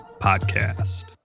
Podcast